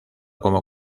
como